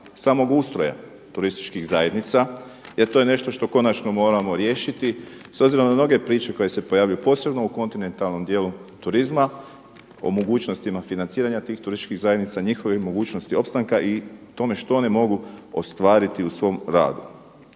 samog ustroja turističkih zajednica jer to je nešto što konačno moramo riješiti. S obzirom na mnoge priče koje se pojavljuju posebno u kontinentalnom djelu turizma o mogućnostima financiranja tih turističkih zajednica, njihove mogućnosti opstanka i tome što one mogu ostvariti u svom radu.